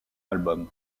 album